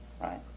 Right